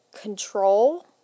control